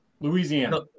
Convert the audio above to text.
Louisiana